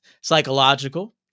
psychological